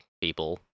people